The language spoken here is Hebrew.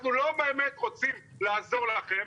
אנחנו לא באמת רוצים לעזור לכם,